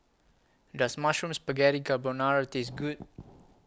Does Mushroom Spaghetti Carbonara Taste Good